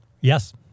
Yes